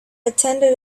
attended